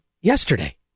yesterday